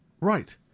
Right